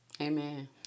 Amen